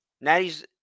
Natty's